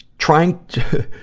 trying to,